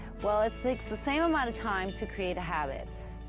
well it takes the same amount of time to create a habit.